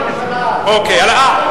אה.